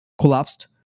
collapsed